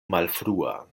malfrua